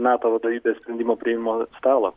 nato vadovybės sprendimo priėmimo stalo